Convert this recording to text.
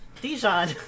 Dijon